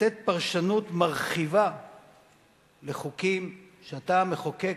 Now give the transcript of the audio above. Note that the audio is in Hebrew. לתת פרשנות מרחיבה לחוקים שאתה המחוקק.